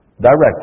directly